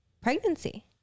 pregnancy